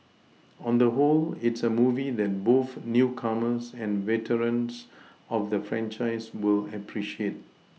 on the whole it's a movie that both newcomers and veterans of the franchise will appreciate